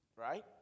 right